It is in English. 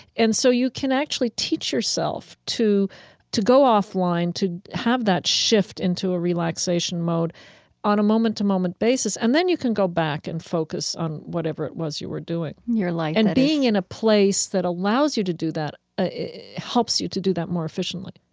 and so you can actually teach yourself to to go offline, to have that shift into a relaxation mode on a moment-to-moment basis. and then you can go back and focus on whatever it was you were doing. like and being in a place that allows you to do that helps you to do that more efficiently